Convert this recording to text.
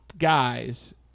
Guys